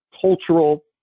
cultural